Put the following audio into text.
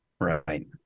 Right